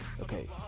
Okay